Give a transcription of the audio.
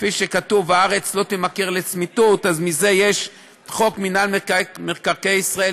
כפי שכתוב "והארץ לא תמכר לצמִתֻת" אז מזה יש חוק מינהל מקרקעי ישראל,